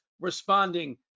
responding